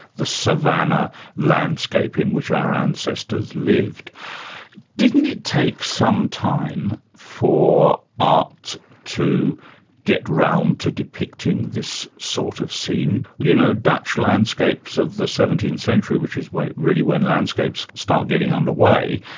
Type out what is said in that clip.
the savannah landscape in which our ancestors lived didn't it take some time for arts to get round to depicting this sort of scene? you know, dutch landscapes of the seventeenth century, which is really when landscapes start getting under way,